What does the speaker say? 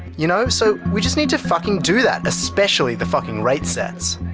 you know? so we just need to fucking do that. especially the fucking rate sets.